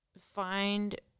find